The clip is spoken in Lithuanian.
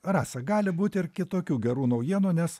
rasa gali būti ir kitokių gerų naujienų nes